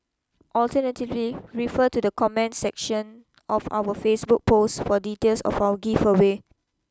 alternatively refer to the comments section of our Facebook post for details of our give away